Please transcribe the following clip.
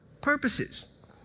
purposes